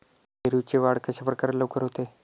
पेरूची वाढ कशाप्रकारे लवकर होते?